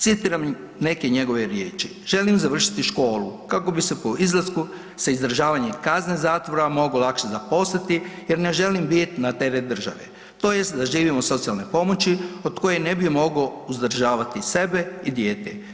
Citiram neke njegove riječi „Želim završiti školu kako bi se po izlasku sa izdržavanje kazne zatvora mogao lakše zaposliti jer ne želim biti na teret države tj. da živim od socijalne pomoći od koje ne bi mogao uzdržavati sebe i dijete.